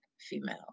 female